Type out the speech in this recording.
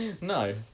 No